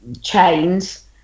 chains